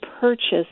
purchase